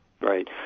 Right